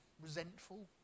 resentful